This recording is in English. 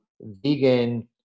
vegan